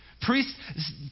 Priests